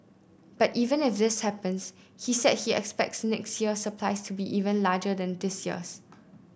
but even if this happens he said he expects next year's supply to be larger than this year's